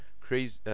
Crazy